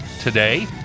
today